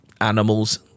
animals